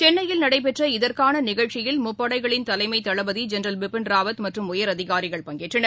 சென்னையில் நடைபெற்ற இதற்கானநிகழ்ச்சியில் முப்படகளின் தலைமைதளபதிஜென்ரல் பிபின் ராவத் மற்றம் உயரதினரிகள் பங்கேற்றனர்